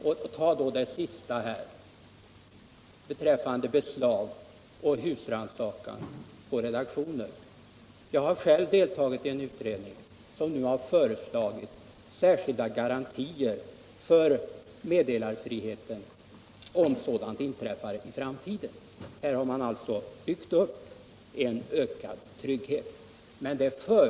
grundlagsändringar på redaktioner vill jag framhålla att jag själv har deltagit i en utredning, som har föreslagit särskilda garantier för meddelarfriheten. Man har alltså byggt upp en ökad trygghet. Men det förutsätter ju att man, om man exempelvis inför domstolskontroll och krav på godkännande från domstol, har respekt för att domstolarna därvid tjänar lagstiftningens syfte.